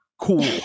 Cool